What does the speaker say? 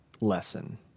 lesson